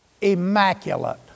Immaculate